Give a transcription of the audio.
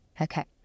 Okay